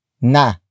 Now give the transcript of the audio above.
Na